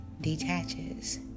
detaches